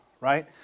right